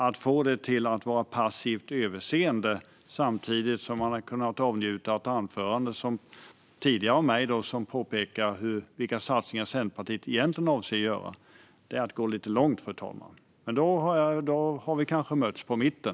Att få det till passivt överseende samtidigt som man tidigare har kunnat avnjuta ett anförande av mig i vilket jag påpekade vilka satsningar Centerpartiet egentligen avser att göra är att gå lite långt. Men då har vi kanske mötts på mitten.